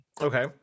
Okay